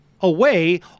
away